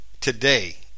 today